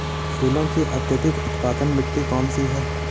फूलों की अत्यधिक उत्पादन मिट्टी कौन सी है?